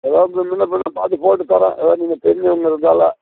ஏதோ மி முன்னப்பின்ன பார்த்து போட்டுத்தர்றேன் ஏதோ நீங்கள் தெரிஞ்சவங்ககிறதால